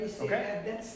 okay